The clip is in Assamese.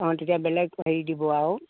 অঁ তেতিয়া বেলেগ হেৰি দিব আৰু